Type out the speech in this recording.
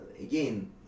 again